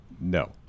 no